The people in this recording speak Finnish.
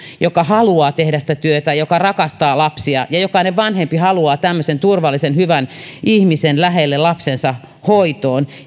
joka haluaa tehdä sitä työtä ja joka rakastaa lapsia ja jokainen vanhempi haluaa tämmöisen turvallisen hyvän ihmisen lähelle lapsensa hoitoon